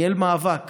ניהל מאבק